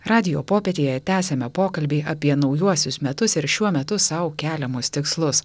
radijo popietėje tęsiame pokalbį apie naujuosius metus ir šiuo metu sau keliamus tikslus